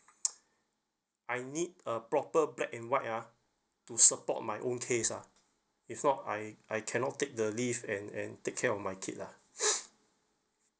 I need a proper black and white ah to support my own case ah if not I I cannot take the leave and and take care of my kid lah